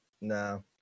No